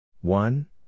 one